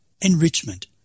enrichment